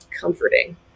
comforting